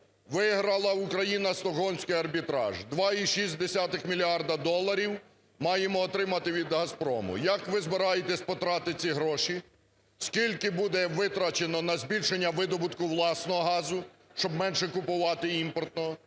виграла Україна Стокгольмський арбітраж, 2,6 мільярди доларів маємо отримати від "Газпрому". Як ви збираєтесь потратити ці гроші? Скільки буде витрачено на збільшення видобутку власного газу, щоб менше купувати імпортного?